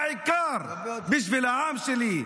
בעיקר בשביל העם שלי,